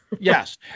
Yes